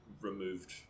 removed